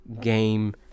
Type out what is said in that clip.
game